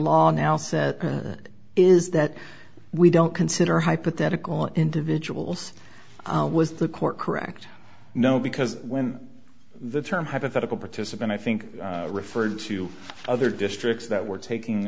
law now says is that we don't consider hypothetical individuals was the court correct no because when the term hypothetical participant i think referred to other districts that were taking